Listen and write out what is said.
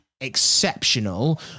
exceptional